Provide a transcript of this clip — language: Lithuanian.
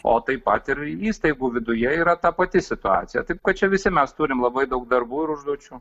o taip pat ir įstaigų viduje yra ta pati situacija taip kad čia visi mes turim labai daug darbų ir užduočių